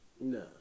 No